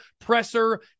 presser